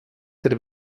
der